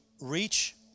reach